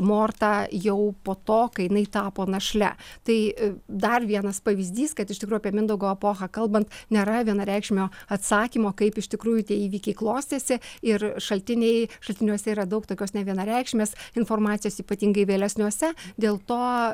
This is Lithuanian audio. mortq jau po to kai jinai tapo našle tai dar vienas pavyzdys kad iš tikro apie mindaugo epochą kalbant nėra vienareikšmio atsakymo kaip iš tikrųjų tie įvykiai klostėsi ir šaltiniai šaltiniuose yra daug tokios nevienareikšmės informacijos ypatingai vėlesniuose dėl to